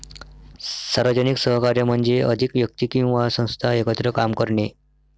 सार्वजनिक सहकार्य म्हणजे अधिक व्यक्ती किंवा संस्था एकत्र काम करणे